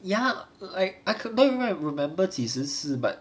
ya like I could don't even remember 几时吃的 but